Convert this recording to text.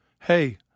hey